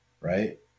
Right